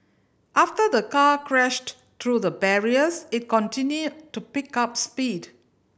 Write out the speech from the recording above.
after the car crashed through the barriers it continued to pick up speed